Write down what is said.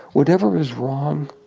whatever is wrong,